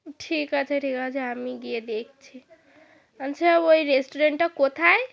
ঠিক আছে ঠিক আছে আমি গিয়ে দেখছি আচ্ছা ওই রেস্টুরেন্টটা কোথায়